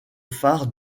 phares